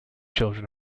children